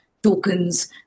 tokens